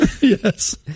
Yes